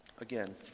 again